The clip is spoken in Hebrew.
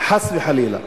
חס וחלילה.